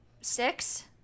six